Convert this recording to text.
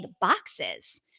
boxes